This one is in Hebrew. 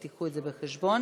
תיקחו את זה בחשבון.